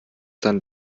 dann